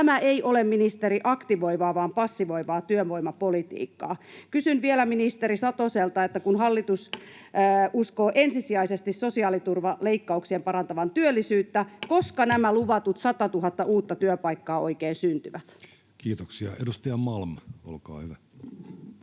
Tämä ei ole, ministeri, aktivoivaa vaan passivoivaa työvoimapolitiikkaa. Kysyn vielä ministeri Satoselta: kun hallitus uskoo ensisijaisesti sosiaaliturvaleikkauksien parantavan työllisyyttä, niin koska nämä luvatut 100 000 uutta työpaikkaa oikein syntyvät? [Speech 257] Speaker: